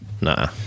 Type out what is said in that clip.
Nah